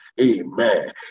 Amen